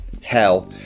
Hell